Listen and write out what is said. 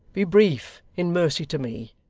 be brief, in mercy to me